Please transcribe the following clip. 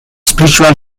spiritual